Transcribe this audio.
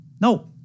No